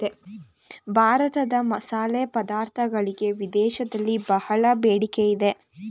ಭಾರತದ ಮಸಾಲೆ ಪದಾರ್ಥಗಳಿಗೆ ವಿದೇಶದಲ್ಲಿ ಬಹಳ ಬೇಡಿಕೆ ಇದೆ